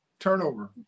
Turnover